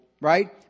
right